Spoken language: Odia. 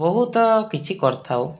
ବହୁତ କିଛି କରିଥାଉ